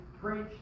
preach